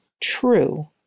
true